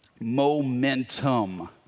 Momentum